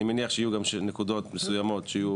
אני מניח שיהיו גם נקודות מסוימות שיהיו